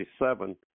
1967